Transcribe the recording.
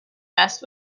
best